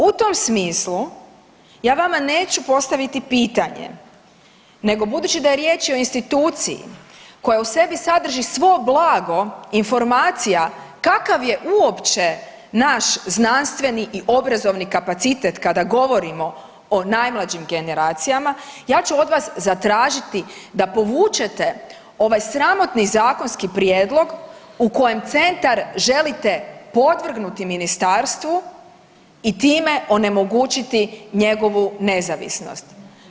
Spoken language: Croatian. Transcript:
U tom smislu ja vama neću postaviti pitanje nego budući da je riječ o instituciji koja u sebi sadrži svo blago informacija kakav je uopće naš znanstveni i obrazovni kapacitet kada govorimo o najmlađim generacijama, ja ću od vas zatražiti da povučete ovaj sramotni zakonski prijedlog u kojem centar želite podvrgnuti ministarstvu i time onemogućiti njegovu nezavisnost.